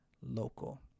local